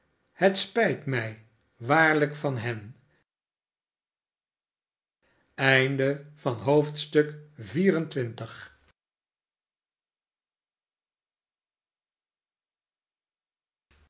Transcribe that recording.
het spijt mij waarlijk dat gij